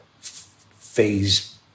phase